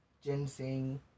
ginseng